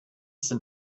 sind